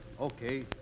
Okay